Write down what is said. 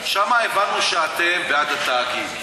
שם הבנו שאתם בעד התאגיד,